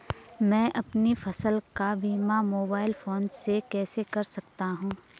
मैं अपनी फसल का बीमा मोबाइल फोन से कैसे कर सकता हूँ?